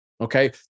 Okay